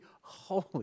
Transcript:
holy